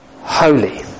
holy